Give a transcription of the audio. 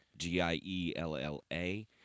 G-I-E-L-L-A